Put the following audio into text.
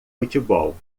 futebol